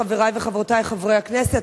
חברי וחברותי חברי הכנסת,